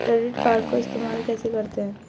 Credit card को इस्तेमाल कैसे करते हैं?